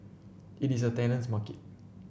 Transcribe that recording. it is a tenant's market